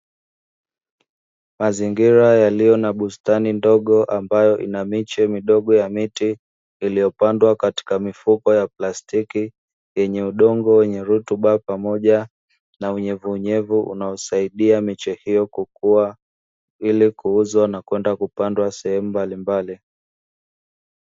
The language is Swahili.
Mazingira yaliyo na bustani ndogo ambayo ina miche midogo ya miti, iliyopandwa katika mifuko ya plastiki, yenye udongo wenye rutuba pamoja na unyevunyevu unaosaidia miche hiyo kukua, ili kuuzwa na kwenda kupandwa sehemu mbalimbali.